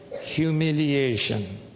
humiliation